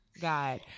God